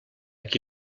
qui